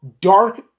dark